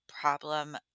problem